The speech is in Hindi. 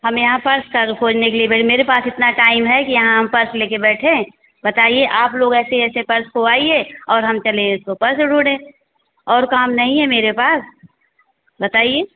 हम यहाँ पर्स सर खोजने के लिए मेरे पास इतना टाइम है कि यहाँ हम पर्स लेकर बैठे बताइए आप लोग ऐसे ऐसे पर्स खोवाइए और हम चले इसको पर्स ढूंढे और काम नहीं है मेरे पास बताइए